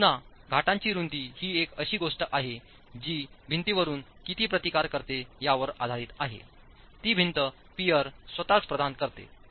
पुन्हा घाटांची रुंदी ही एक अशी गोष्ट आहे जी भिंतीवरुन किती प्रतिकार करते यावर आधारित आहे ती भिंत पियर स्वतःच प्रदान करते